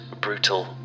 brutal